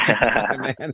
man